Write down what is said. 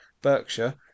Berkshire